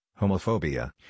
homophobia